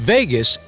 Vegas